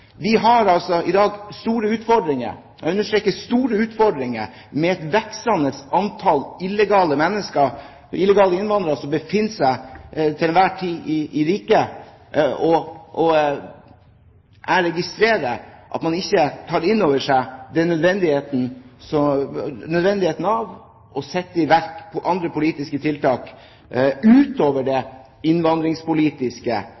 Vi har i dag store utfordringer – jeg understreker store utfordringer – med et voksende antall illegale innvandrere som til enhver tid befinner seg i riket, og jeg registrerer at man ikke tar inn over seg nødvendigheten av å sette i verk andre politiske tiltak utover